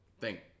Thank